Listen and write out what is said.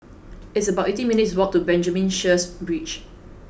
it's about eighteen minutes' walk to Benjamin Sheares Bridge